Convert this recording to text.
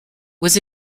was